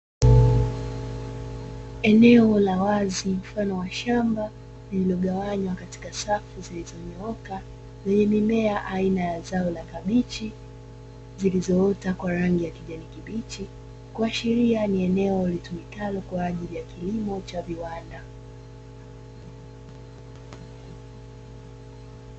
Eneo la wazi mfano wa shamba lililogawanywa katika safu zilizonyooka, lenye mimea aina ya zao la kabichi, zilizoota kwa rangi ya kijani kibichi, kuashiria ni eneo litumikalo kwa ajili ya kilimo cha viwanda.